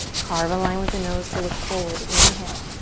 carve a line with the nose to look forward, inhale.